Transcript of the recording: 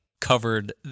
covered